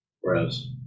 Whereas